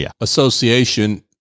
association